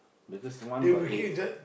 because one got eight